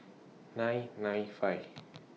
nine nine five